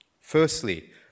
Firstly